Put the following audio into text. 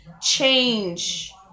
change